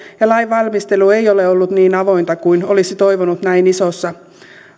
ja lainvalmistelu ei ole ollut niin avointa kuin olisi toivonut näin isossa